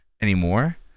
anymore